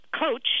coach